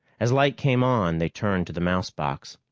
as light came on, they turned to the mouse box.